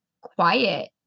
quiet